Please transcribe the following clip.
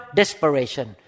desperation